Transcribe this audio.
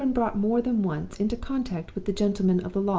i have been brought more than once into contact with the gentlemen of the law,